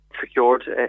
secured